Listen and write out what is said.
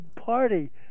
party